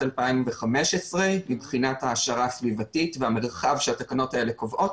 2015 מבחינת העשרה סביבתית והמרחב שהתקנות האלה קובעות,